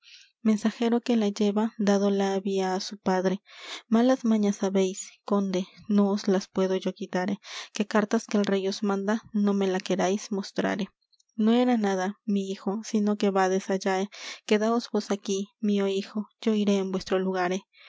mensajero que la lleva dado la había á su padre malas mañas habéis conde no os las puedo yo quitare que cartas que el rey os manda no me las queráis mostrare no era nada mi hijo sino que vades alláe quedaos vos aquí mío hijo yo iré en vuestro lugare